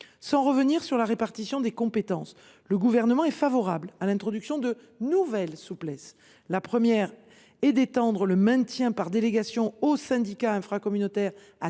Sans revenir sur la répartition des compétences, le Gouvernement est favorable à l’introduction de nouvelles souplesses. La première serait d’étendre le maintien par délégation aux syndicats intracommunautaires à